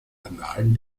annalen